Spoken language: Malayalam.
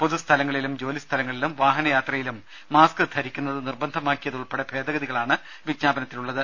പൊതുസ്ഥലങ്ങളിലും ജോലിസ്ഥലങ്ങളിലും വാഹനയാത്രയിലും മാസ്ക് ധരിക്കുന്നത് നിർബന്ധമാക്കിയത് ഉൾപ്പെടെ ഭേദഗതികളാണ് വിജ്ഞാപനത്തിലുള്ളത്